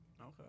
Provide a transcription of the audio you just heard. okay